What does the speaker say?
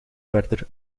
verder